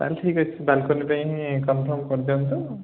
ତା'ହେଲେ ଠିକ୍ ଅଛି ବାଲକୋନି ପାଇଁ କନ୍ଫର୍ମ କରି ଦିଅନ୍ତୁ